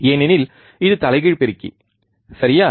ஏனெனில் இது தலைகீழ் பெருக்கி சரியா